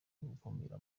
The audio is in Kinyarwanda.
gukumira